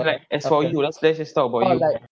as for you as let's say let's talk about you